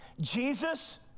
Jesus